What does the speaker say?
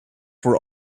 were